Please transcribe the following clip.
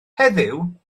heddiw